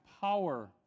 power